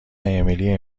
امیلی